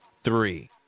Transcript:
three